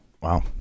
Wow